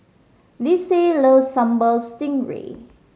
Lyndsay loves Sambal Stingray